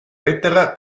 lettera